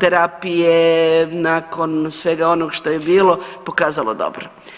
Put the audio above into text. terapije nakon svega onog što je bilo pokazalo dobro.